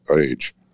age